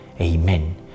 Amen